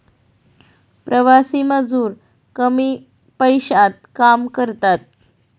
प्रवासी मजूर कमी पैशात काम करतात